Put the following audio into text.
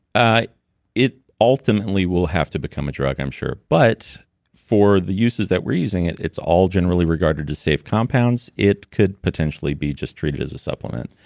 ah it ultimately will have to become a drug, i'm sure. but for the uses that we're using it, it's all generally regarded as safe compounds. it could potentially be just treated as supplement,